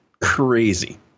crazy